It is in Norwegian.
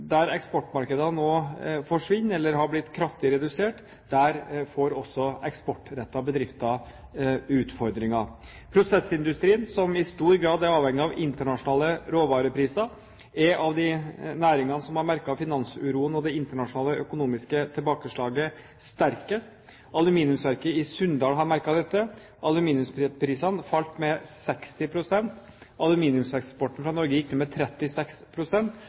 der eksportmarkedene nå forsvinner eller er blitt kraftig redusert, der får også eksportrettede bedrifter utfordringer. Prosessindustrien, som i stor grad er avhengig av internasjonale råvarepriser, er av de næringene som har merket finansuroen og det internasjonale økonomiske tilbakeslaget sterkest. Aluminiumsverket i Sunndal har merket dette. Aluminiumsprisene falt med 60 pst. Aluminiumseksporten fra Norge gikk ned med